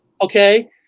Okay